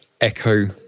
echo